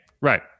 right